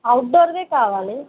out doorway కావాలి